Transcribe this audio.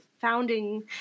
founding